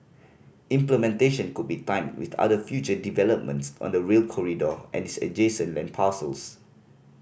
implementation could be timed with other future developments on the Rail Corridor and its adjacent land parcels